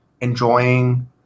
enjoying